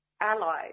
allies